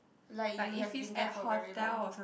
like you have been there for very long